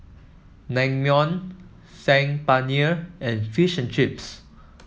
Naengmyeon Saag Paneer and Fish and Chips